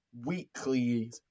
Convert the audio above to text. weekly